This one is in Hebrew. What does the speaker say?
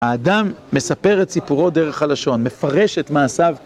האדם מספר את סיפורו דרך הלשון, מפרש את מעשיו.